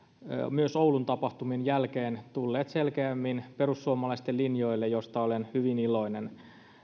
myös oulun tapahtumien jälkeen tulleet selkeämmin perussuomalaisten linjoille mistä olen hyvin iloinen